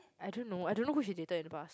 I don't know I don't know who she dated in the past